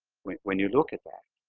when you look at that,